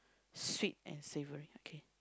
sweet and savoury okay